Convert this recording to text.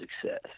success